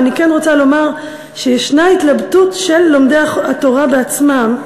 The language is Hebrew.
ואני כן רוצה לומר שישנה התלבטות של לומדי התורה בעצמם,